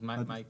אז מה העיקרון?